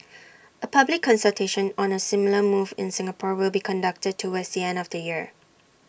A public consultation on A similar move in Singapore will be conducted towards the end of the year